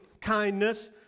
kindness